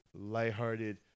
lighthearted